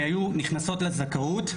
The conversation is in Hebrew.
שהיו נכנסות לזכאות,